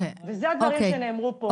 אלה הדברים שנאמרו פה.